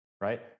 Right